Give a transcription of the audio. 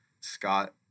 Scott